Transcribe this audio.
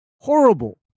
horrible